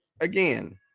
again